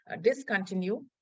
discontinue